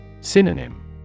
synonym